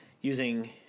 using